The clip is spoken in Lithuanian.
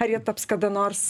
ar jie taps kada nors